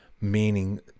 meaning